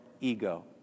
ego